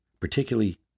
particularly